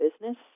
business